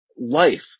life